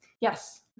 Yes